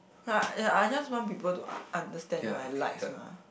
right yea I just want people to understand my likes mah